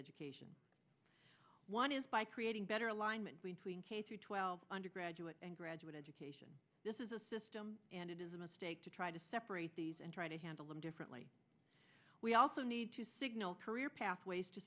education one is by creating better alignment between k through twelve undergraduate and graduate education this is a system and it is a mistake to try to separate these and try to handle them differently we also need to signal career pathwa